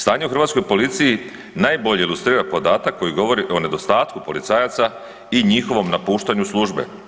Stanje u hrvatskoj policiji najbolje ilustrira podatak koji govori o nedostatku policajaca i njihovom napuštanju službe.